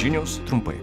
žinios trumpai